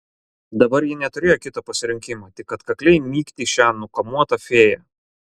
dabar ji neturėjo kito pasirinkimo tik atkakliai mygti šią nukamuotą fėją